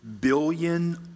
billion